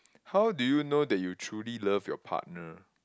how do you know that you truly love your partner